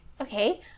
Okay